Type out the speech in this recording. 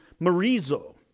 marizo